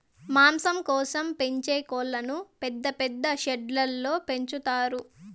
మాంసం కోసం పెంచే కోళ్ళను పెద్ద పెద్ద షెడ్లలో పెంచుతారు